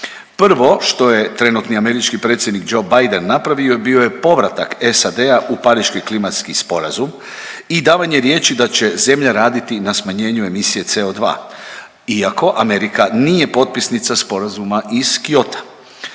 Prvo što je trenutni američki predsjednik Joe Biden napravio bio je povratak SAD-a u Pariški klimatski sporazum i davanje riječi da će zemlja raditi na smanjenju emisije CO2. Iako Amerika nije potpisnica sporazuma iz Kyota.